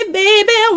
baby